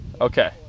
Okay